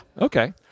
Okay